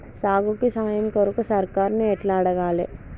సాగుకు సాయం కొరకు సర్కారుని ఎట్ల అడగాలే?